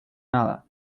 nada